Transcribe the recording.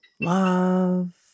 love